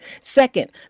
second